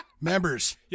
Members